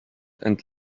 and